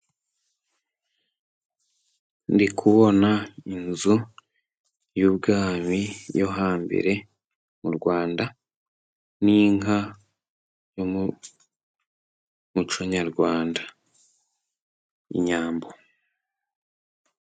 Ndiku kubona inzu y'ubwami yo hambere mu Rwanda, n'inka yo mu muco nyarwanda, inyambo.